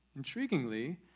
intriguingly